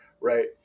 right